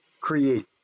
create